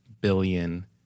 billion